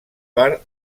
per